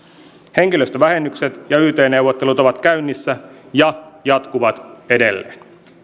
henkilöstövähennykset ja yt neuvottelut ovat käynnissä ja jatkuvat edelleen